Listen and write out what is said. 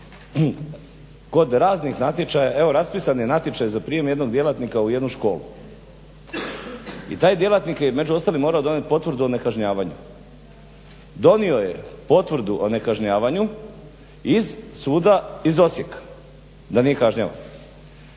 Kod raznih natječaja, evo raspisan je natječaj za prijem jednog djelatnika u jednu školu i taj djelatnik je među ostalim morao donijet potvrdu o nekažnjavanju. Donio je potvrdu o nekažnjavanju iz suda iz Osijeka da nije kažnjavan,